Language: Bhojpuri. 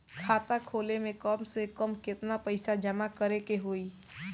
खाता खोले में कम से कम केतना पइसा जमा करे के होई?